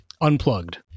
unplugged